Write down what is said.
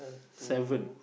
seven